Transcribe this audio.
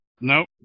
Nope